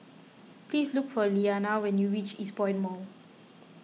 please look for Lilyana when you reach Eastpoint Mall